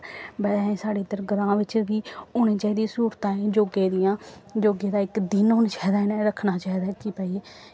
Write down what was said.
साढ़े इद्धर ग्रांऽ बिच्च बी होनी चाहिदियां स्हूलतां योगे दियां योगे दा इक दिन होना चाहिदा इ'यां रक्खना चाहिदा कि भाई